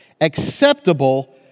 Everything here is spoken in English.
acceptable